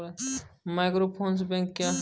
Microfinance bank क्या हैं?